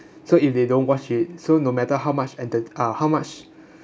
so if they don't watch it so no matter how much enter~ uh how much